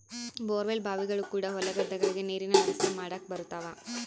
bore well ಬಾವಿಗಳು ಕೂಡ ಹೊಲ ಗದ್ದೆಗಳಿಗೆ ನೀರಿನ ವ್ಯವಸ್ಥೆ ಮಾಡಕ ಬರುತವ